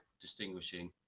distinguishing